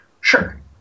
Sure